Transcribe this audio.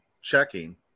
checking